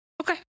Okay